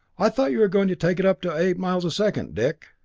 i thought you were going to take it up to eight miles a second, dick?